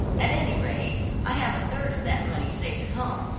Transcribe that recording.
at any rate i have a third of that money safe at home,